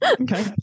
Okay